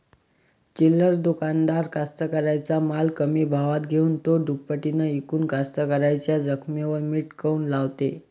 चिल्लर दुकानदार कास्तकाराइच्या माल कमी भावात घेऊन थो दुपटीनं इकून कास्तकाराइच्या जखमेवर मीठ काऊन लावते?